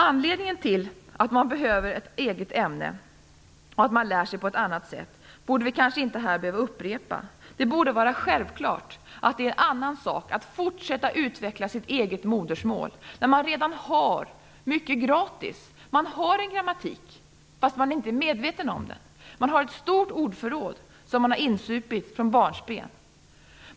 Anledningen till att man behöver ett eget ämne borde vi kanske inte behöva upprepa här. Det borde vara självklart att det är en annan sak att fortsätta att utveckla sitt eget modersmål när man redan har mycket gratis - man har en grammatik, fastän man inte är medveten om den, och man har ett stort ordförråd som man har insupit från barnsben.